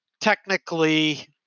technically